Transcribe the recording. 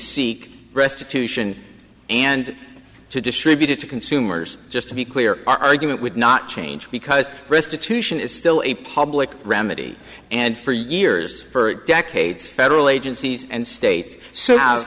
seek restitution and to distribute it to consumers just to be clear argument would not change because restitution is still a public remedy and for years for decades federal agencies and states s